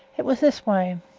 it was this way.